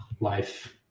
Life